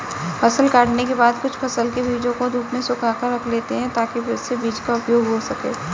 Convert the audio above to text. फसल काटने के बाद कुछ फसल के बीजों को धूप में सुखाकर रख लेते हैं ताकि फिर से बीज का उपयोग हो सकें